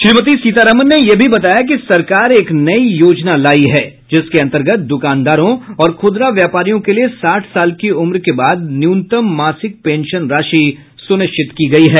श्रीमती सीतारामन ने यह भी बताया कि सरकार एक नई योजना लाई है जिसके अंतर्गत दुकानदारों और खुदरा व्यापारियों के लिए साठ साल की उम्र के बाद न्यूनतम मासिक पेंशन राशि सुनिश्चित की गई है